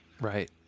right